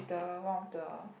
is the one of the